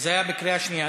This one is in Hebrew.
זה היה בקריאה שנייה.